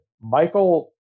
Michael